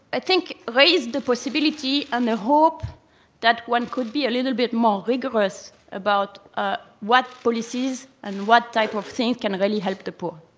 i think, raised the possibility and the hope that one could be a little bit more rigorous about ah what policies and what type of things can really help the poor.